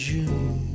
June